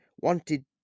wanted